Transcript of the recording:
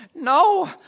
no